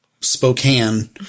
Spokane